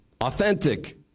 authentic